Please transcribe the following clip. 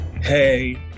hey